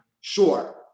Sure